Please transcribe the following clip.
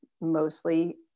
mostly